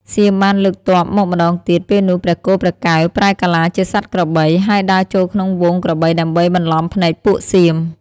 សៀមបានលើកទ័ពមកម្ដងទៀត ពេលនោះព្រះគោព្រះកែវប្រែកាឡាជាសត្វក្របី ហើយដើរចូលក្នុងហ្វូងក្របីដើម្បីបន្លំភ្នែកពួកសៀម។